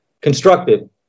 constructive